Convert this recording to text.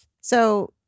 So-